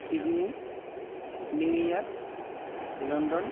Sydney New York London